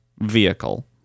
vehicle